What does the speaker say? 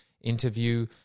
interview